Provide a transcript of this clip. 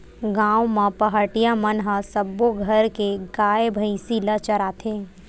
गाँव म पहाटिया मन ह सब्बो घर के गाय, भइसी ल चराथे